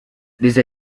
desde